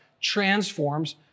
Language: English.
transforms